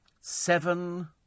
seven